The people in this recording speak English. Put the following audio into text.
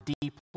deeply